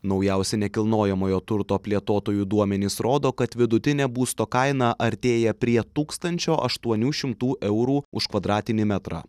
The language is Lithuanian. naujausi nekilnojamojo turto plėtotojų duomenys rodo kad vidutinė būsto kaina artėja prie tūkstančio aštuonių šimtų eurų už kvadratinį metrą